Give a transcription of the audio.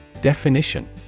Definition